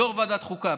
יו"ר ועדת חוקה,